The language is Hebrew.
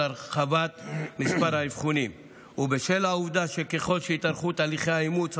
הרחבת מספר האבחונים ובשל העובדה שככל שיתארכו תהליכי האימוץ,